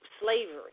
slavery